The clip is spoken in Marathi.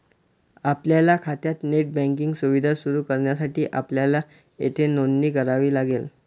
आपल्या खात्यात नेट बँकिंग सुविधा सुरू करण्यासाठी आपल्याला येथे नोंदणी करावी लागेल